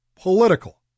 political